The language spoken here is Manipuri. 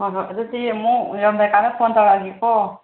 ꯍꯣꯏ ꯍꯣꯏ ꯑꯗꯨꯗꯤ ꯑꯃꯨꯛ ꯌꯧꯔꯝꯗꯥꯏ ꯀꯥꯟꯗ ꯐꯣꯟ ꯇꯧꯔꯛꯑꯒꯦꯀꯣ